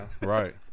right